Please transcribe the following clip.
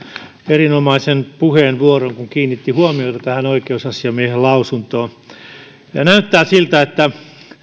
erinomaisen puheenvuoron kun kiinnitti huomiota tähän oikeusasiamiehen lausuntoon näyttää siltä että